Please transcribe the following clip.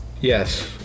Yes